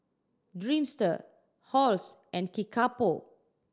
Dreamster Halls and Kickapoo